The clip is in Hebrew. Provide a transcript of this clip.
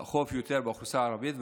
לאכוף יותר באוכלוסייה הערבית.